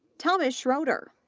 thomas schroeder,